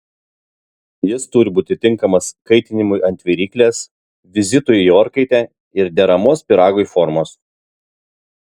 jis turi būti tinkamas kaitinimui ant viryklės vizitui į orkaitę ir deramos pyragui formos